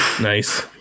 Nice